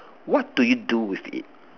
what do you do with it